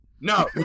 No